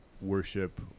worship